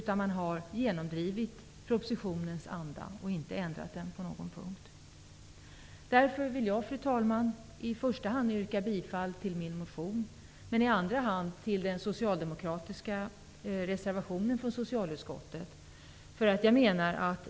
Man har genomdrivit propositionens förslag och inte ändrat dem på någon punkt. Därför vill jag, fru talman, i första hand yrka bifall till min motion, och i andra hand till den socialdemokratiska reservationen.